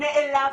נעלבתי.